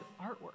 artwork